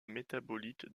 métabolite